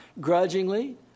grudgingly